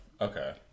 okay